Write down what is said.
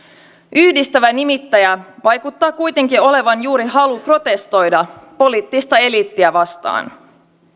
yhdistävä nimittäjä vaikuttaa kuitenkin olevan juuri halu protestoida poliittista eliittiä vastaan